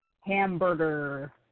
Hamburger